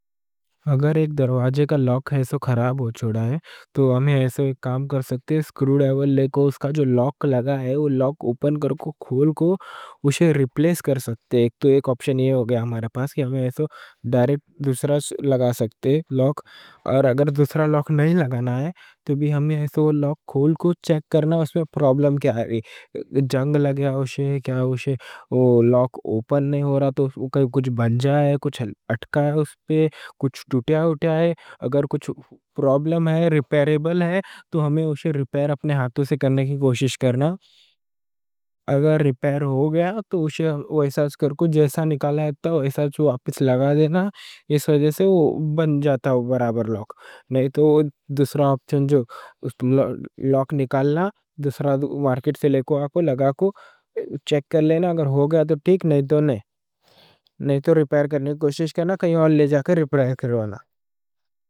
اگر ایک دروازے کا لوک خراب ہو چوڑا ہے، تو ہمنا ایسا کام کر سکتے ہیں۔ اس کا جو لوک لگا ہے، وہ لوک اوپن کر کو اسے ریپلیس کر سکتے۔ ایک آپشن یہ ہو گیا ہمارے پاس کہ ہمنا ایسا ڈائریکٹ دوسرا لوک لگا سکتے۔ اور اگر دوسرا لوک نہیں لگانا ہے، تو ہمنا ایسا وہ لوک کھول کو چیک کرنا کہ اس میں پرابلم کیا ہے۔ جنگ لگیا ہوشے، لوک اوپن نہیں ہورہا، تو کچھ بن جایا ہے، کچھ اٹکا ہے اس پہ، کچھ ٹوٹیا اٹیا ہے۔ اگر کچھ پرابلم ہے، ریپیربل ہے، تو ہمنا اسے ریپیر اپنے ہاتھوں سے کرنے کی کوشش کرنا۔ اگر ریپیر ہوگیا، تو اسے جیسا نکالا ہے، واپس لگا دینا۔ اس وجہ سے لوک برابر بن جاتا۔ نہیں تو دوسرا آپشن جو لوک نکالنا، دوسرا مارکٹ سے لے کو آکو لگا کو چیک کر لینا۔ اگر ہوگیا تو ٹھیک، نہیں تو نہیں۔ نہیں تو ریپیر کرنے کی کوشش کرنا، کہیں اور لے جا کر ریپیر کروانا۔